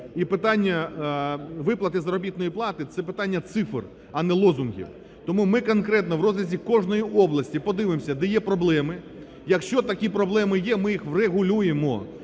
і питання виплати заробітної плати – це питання цифр, а не лозунгів. Тому ми конкретно в розрізі кожної області подивимося, де є проблеми. Якщо такі проблеми є, ми їх виправимо